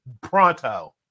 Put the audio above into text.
pronto